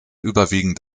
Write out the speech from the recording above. überwiegend